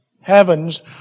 heavens